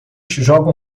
jogam